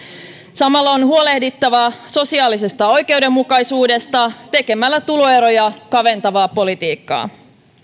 samalla on huolehdittava sosiaalisesta oikeudenmukaisuudesta tekemällä tuloeroja kaventavaa politiikkaa